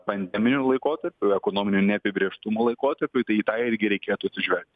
pandeminiu laikotarpiu ekonominiu neapibrėžtumo laikotarpiu tai į tą irgi reikėtų atsižvelgt